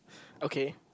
okay